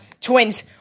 Twins